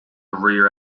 rear